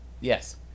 Yes